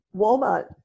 Walmart